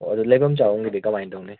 ꯑꯣ ꯑꯗꯨ ꯂꯩꯐꯝ ꯆꯥꯐꯝꯒꯤꯗꯤ ꯀꯃꯥꯏ ꯇꯧꯅꯤ